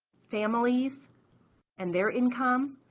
families and their income,